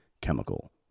chemical